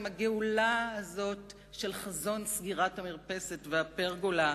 עם הגאולה הזאת של חזון סגירת המרפסת והפרגולה.